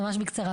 ממש בקצרה,